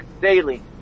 daily